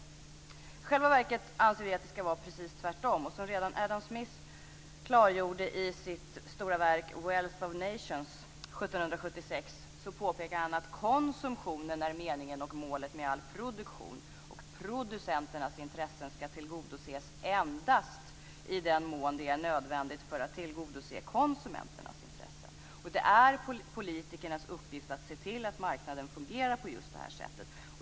I själva verket anser vi att det skall vara precis tvärtom. Adam Smith påpekade redan i sitt stora verk Wealth of Nations 1776 att konsumtionen är meningen och målet med all produktion och att producenternas intressen skall tillgodoses endast i den mån det är nödvändigt för att tillgodose konsumenternas intressen. Det är politikernas uppgift att se till att marknaden fungerar på just det här sättet.